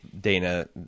Dana